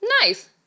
nice